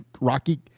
rocky